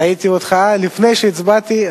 ראיתי אותך לפני שהצבעתי.